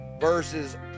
versus